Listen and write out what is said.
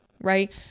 right